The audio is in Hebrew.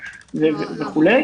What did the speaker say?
וכו'.